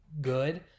good